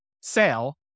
sale